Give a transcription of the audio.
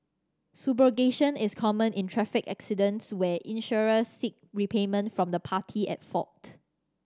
subrogation is common in traffic accidents where insurers seek repayment from the party at fault